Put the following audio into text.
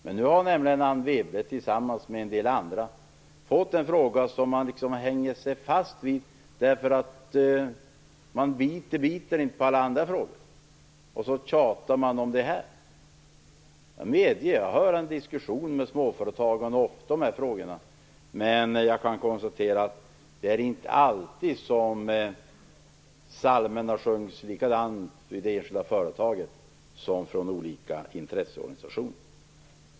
Men nu har hon tillsammans med en del andra hittat en fråga som de hänger sig fast vid, därför att det inte biter med de andra frågorna. Därför tjatar de om denna fråga. Jag för ofta diskussioner med småföretagarna om de här frågorna, och jag kan konstatera att psalmerna inte alltid sjungs likadant på det enskilda företaget som hos de olika intresseorganisationerna.